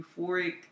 euphoric